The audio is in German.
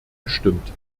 gestimmt